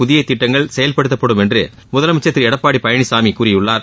புதிய திட்டங்கள் செயல்படுத்தப்படும் என்று முதலமைச்சர் திரு எடப்பாடி பழனிசாமி கூறியுள்ளார்